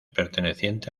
perteneciente